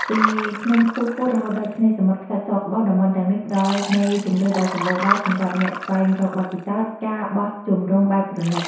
ពីភ្នំខ្ពស់ៗ រហូតដល់ឆ្នេរសមុទ្រខ្សាច់សក្បុស តំបន់ទាំងនេះផ្តល់នូវជម្រើសដ៏សម្បូរបែបសម្រាប់អ្នកស្វែងរកបទពិសោធន៍ ការបោះជំរំបែបប្រណីត ។